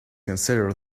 consider